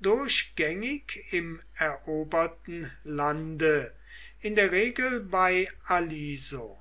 durchgängig im eroberten lande in der regel bei aliso